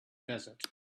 desert